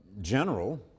general